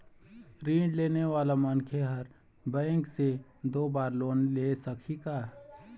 ऋण लेने वाला मनखे हर बैंक से दो बार लोन ले सकही का?